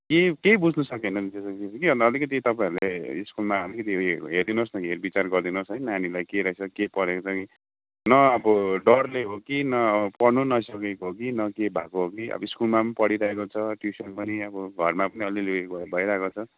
के केही बुझ्न सकिएन अन्त अलिकति तपाईँहरूले स्कुलमा अलिकति उयो हेरिदिनुहोस् न हेरबिचार गरिदिनुहोस् है नानीलाई के रहेछ के परेको छ कि न अब डरले हो कि न पढ्नु नसकेको हो कि न के भएको हो कि स्कुलमा पनि पढिरहेको छ ट्युसन् पनि अब घरमा पनि अलिअलि भइरहेको छ